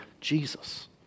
Jesus